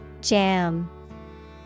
Jam